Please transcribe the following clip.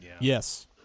Yes